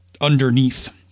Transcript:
underneath